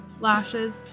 lashes